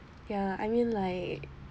ya I mean like